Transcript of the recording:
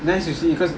next you see cause